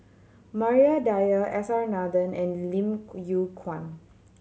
Maria Dyer S R Nathan and Lim Yew Kuan